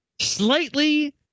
slightly